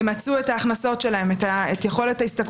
כי אם החייבים ימצו את יכולת ההשתכרות